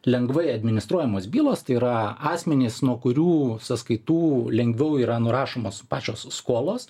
lengvai administruojamos bylos tai yra asmenys nuo kurių sąskaitų lengviau yra nurašomos pačios skolos